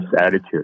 attitude